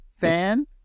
fan